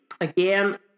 again